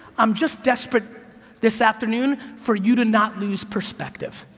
i'm just desperate this afternoon for you to not lose perspective,